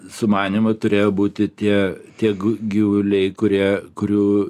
sumanymą turėjo būti tie tie gu gyvuliai kurie kurių